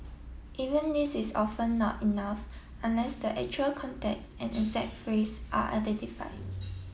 even this is often not enough unless the actual context and exact phrase are identified